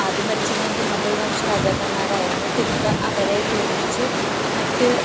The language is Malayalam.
ആദ്യം ഭരിച്ചിരുന്നത് മുഗൾ വംശ രാജാക്കൻമാരായിരുന്നു പിന്നീട് അവരെ തോൽപ്പിച്ച് മറ്റ്